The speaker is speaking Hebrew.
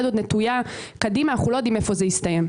עוד נטויה קדימה ואנחנו לא יודעים איפה זה יסתיים.